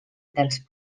dels